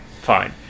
fine